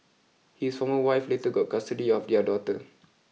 his former wife later got custody of their daughter